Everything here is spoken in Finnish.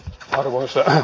vankikuljetuksiin